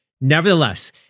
Nevertheless